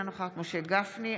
אינה נוכחת משה גפני,